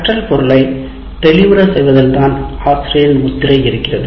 கற்றல் பொருள் தெளிவுற செய்வதில்தான் ஆசிரியரின் முத்திரை இருக்கிறது